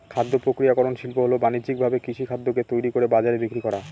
খাদ্য প্রক্রিয়াকরন শিল্প হল বানিজ্যিকভাবে কৃষিখাদ্যকে তৈরি করে বাজারে বিক্রি করা